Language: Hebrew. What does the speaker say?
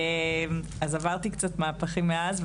עברתי קצת מהפכים מאז,